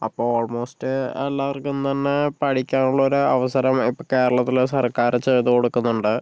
അപ്പോ ഓൾമോസ്റ്റ് എല്ലാവർക്കും തന്നെ പഠിക്കാനുള്ള ഒര് അവസരം ഇപ്പോൾ കേരളത്തിലെ സർക്കാര് ചെയ്തു കൊടുക്കുന്നുണ്ട്